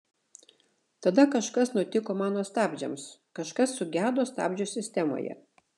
tada kažkas nutiko mano stabdžiams kažkas sugedo stabdžių sistemoje